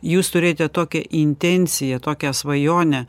jūs turėjote tokią intenciją tokią svajonę